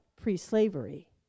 pre-slavery